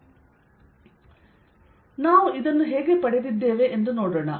ಆದ್ದರಿಂದ ನಾವು ಇದನ್ನು ಹೇಗೆ ಪಡೆದಿದ್ದೇವೆ ಎಂದು ನೋಡೋಣ